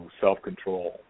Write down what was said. self-control